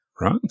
Right